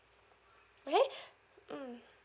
okay mm